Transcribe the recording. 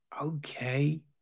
okay